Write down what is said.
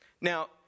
Now